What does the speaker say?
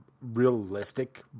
realistic